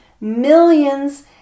millions